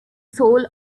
soul